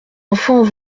enfants